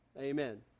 amen